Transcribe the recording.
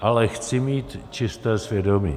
Ale chci mít čisté svědomí.